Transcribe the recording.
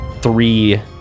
three